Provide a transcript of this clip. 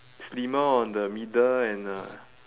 slimmer on the middle and uh